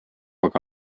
aga